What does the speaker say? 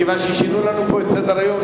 כיוון ששינו לנו פה את סדר-היום.